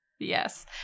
Yes